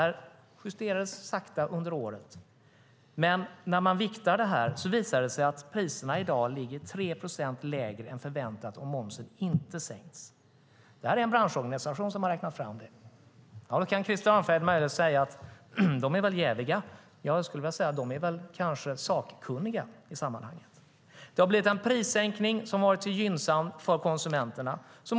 Det justerades sakta under året, men när man viktar det visar det sig att priserna i dag ligger 3 procent lägre än vad som var förväntat om momsen inte hade sänkts. Det är en branschorganisation som har räknat fram detta. Krister Örnfjäder kan möjligen säga att de är jäviga. Jag skulle vilja säga att de kanske är sakkunniga i sammanhanget. Det har blivit en prissänkning som har varit gynnsam för konsumenterna.